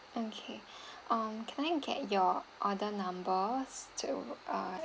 okay um can I get your order numbers to uh